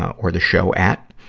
or the show at.